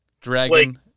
Dragon